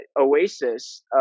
oasis